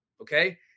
okay